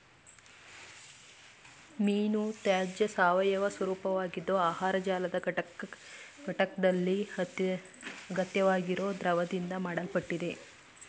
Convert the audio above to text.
ಮೀನುತ್ಯಾಜ್ಯ ಸಾವಯವ ಸ್ವರೂಪವಾಗಿದ್ದು ಆಹಾರ ಜಾಲದ ಘಟಕ್ದಲ್ಲಿ ಅಗತ್ಯವಾಗಿರೊ ದ್ರವ್ಯದಿಂದ ಮಾಡಲ್ಪಟ್ಟಿದೆ